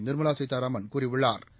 நிா்மலா சீதாராமன் கூறியுள்ளாா்